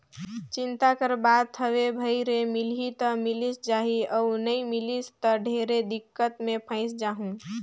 चिंता कर बात हवे भई रे मिलही त मिलिस जाही अउ नई मिलिस त ढेरे दिक्कत मे फंयस जाहूँ